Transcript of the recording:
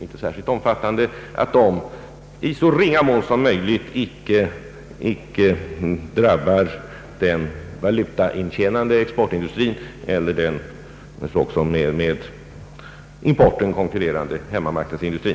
inte särskilt omfattande produktionsbegränsningarna i så ringa mån som möjligt drabbar den valutaintjänande exportindustrin eller den med importen konkurrerande hemmamarknadsindustrin.